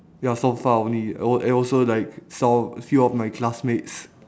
ya so far only oh and also like some few of my classmates